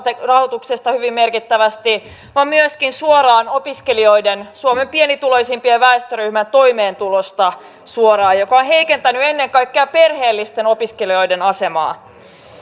rahoituksesta hyvin merkittävästi vaan myöskin suoraan opiskelijoiden suomen pienituloisimman väestöryhmän toimeentulosta mikä on heikentänyt ennen kaikkea perheellisten opiskelijoiden asemaa